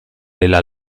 della